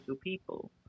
people